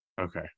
Okay